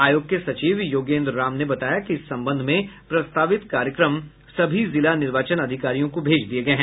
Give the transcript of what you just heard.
आयोग के सचिव योगेन्द्र राम ने बताया कि इस संबंध में प्रस्तावित कार्यक्रम सभी जिला निर्वाचन अधिकारियों को भेज दिया गया है